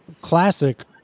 classic